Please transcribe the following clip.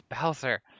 bowser